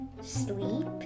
sleep